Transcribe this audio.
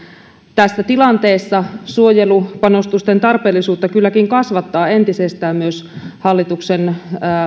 tässä tilanteessa suojelupanostusten tarpeellisuutta kasvattaa entisestään hallituksen